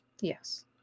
Yes